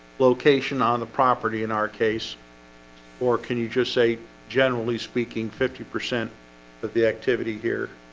location on the property in our case or can you just say generally speaking fifty percent of the activity here?